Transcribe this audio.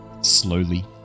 slowly